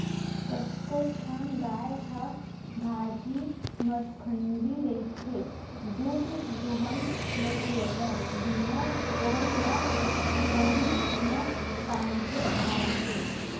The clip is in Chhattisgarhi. कतको ठन गाय ह भारी मरखंडी रहिथे दूद दूहन नइ देवय बिना गोड़ ल नोई म बांधे छांदे